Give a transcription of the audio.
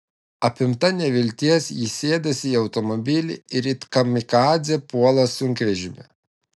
apimta nevilties ji sėdasi į automobilį ir it kamikadzė puola sunkvežimį